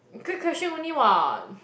quick question only what